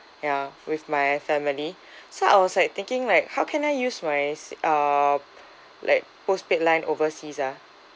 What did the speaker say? ya with my family so I was like thinking like how can I use my s~ uh like postpaid line overseas ah